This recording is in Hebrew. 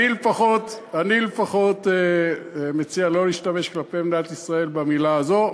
אני לפחות מציע לא להשתמש כלפי מדינת ישראל במילה הזאת.